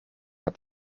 het